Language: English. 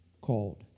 called